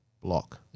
block